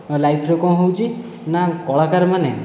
ଲାଇଫ୍ରେ କ'ଣ ହେଉଛି ନା କଳାକାରମାନେ